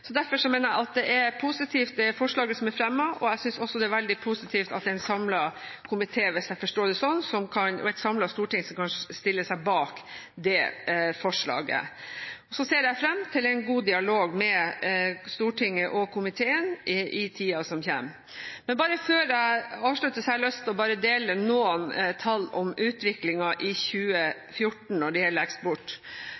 mener jeg det forslaget som er fremmet, er positivt, og jeg synes også det er veldig positivt at det er en samlet komité og et samlet storting – hvis jeg forstår det riktig – som kan stille seg bak det forslaget. Jeg ser fram til en god dialog med Stortinget og komiteen i tiden som kommer. Før jeg avslutter, har jeg bare lyst til å dele noen tall om utviklingen i